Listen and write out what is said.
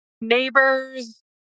neighbor's